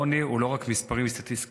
העוני הוא לא רק מספרים וסטטיסטיקות,